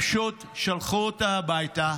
פשוט שלחו אותה הביתה,